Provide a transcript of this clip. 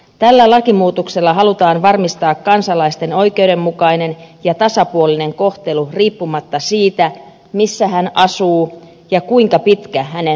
tällä lakimuutoksella halutaan varmistaa kansalaisen oikeudenmukainen ja tasapuolinen kohtelu riippumatta siitä missä hän asuu ja kuinka pitkä hänen työmatkansa on